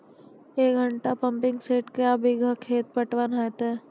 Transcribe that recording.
एक घंटा pumping set क्या बीघा खेत पटवन है तो?